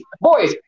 Boys